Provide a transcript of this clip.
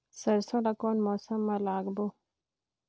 सरसो ला कोन मौसम मा लागबो?